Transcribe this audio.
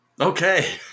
Okay